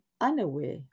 unaware